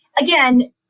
again